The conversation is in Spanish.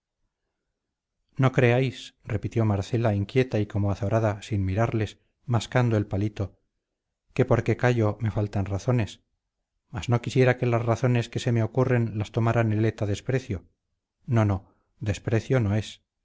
no creáis repitió marcela inquieta y como azorada sin mirarles mascando el palito que porque callo me faltan razones mas no quisiera que las razones que se me ocurren las tomara nelet a desprecio no no desprecio no es